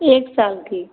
एक साल की